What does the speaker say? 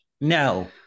No